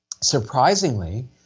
surprisingly